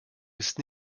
ist